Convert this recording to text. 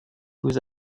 vous